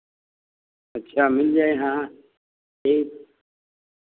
अच्छा मिल जाए हाँ ठीक